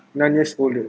nine years old